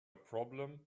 problem